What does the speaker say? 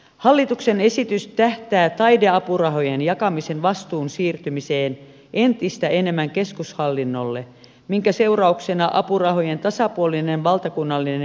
hallituksen esitys tähtää taideapurahojen jakamisen vastuun siirtymiseen entistä enemmän keskushallinnolle minkä seurauksena apurahojen tasapuolinen valtakunnallinen jakautuminen vaarantuu